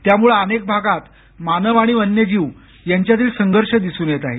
त्यामुळे अनेक भागात मानव आणि वन्य जीव यांच्यातील संघर्ष दिसुन येत आहे